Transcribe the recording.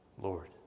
Lord